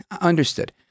understood